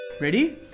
Ready